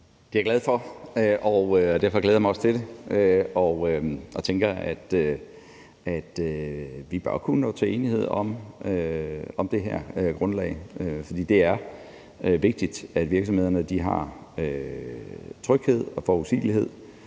Det er jeg glad for, og derfor glæder jeg mig også til det, og jeg tænker, at vi bør kunne nå til enighed om det her grundlag, for det er vigtigt, at virksomhederne har tryghed og forudsigelighed.